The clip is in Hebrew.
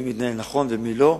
מי מתנהל נכון ומי לא,